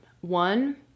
One